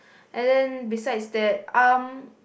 and then besides that um